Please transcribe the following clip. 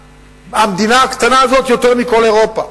המדינה הקטנה הזאת, יותר מכל אירופה.